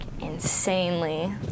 insanely